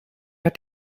hat